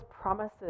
promises